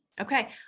Okay